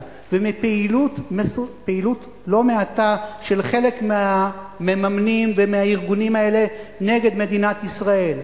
ומפעילות לא מעטה של חלק מהמממנים ומהארגונים האלה נגד מדינת ישראל,